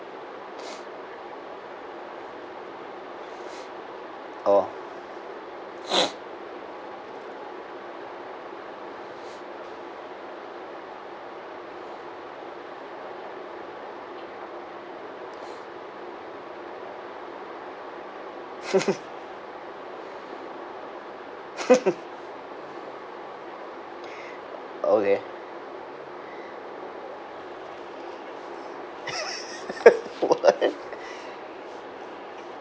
orh okay